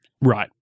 Right